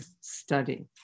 study